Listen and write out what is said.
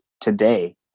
today